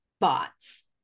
bots